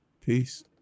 peace